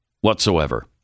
whatsoever